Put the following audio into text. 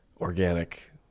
organic